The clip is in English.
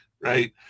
right